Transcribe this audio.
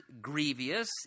grievous